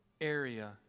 area